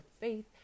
faith